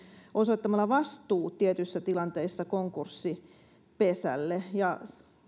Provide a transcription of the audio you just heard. osoittamalla vastuu tietyissä tilanteissa konkurssipesälle ja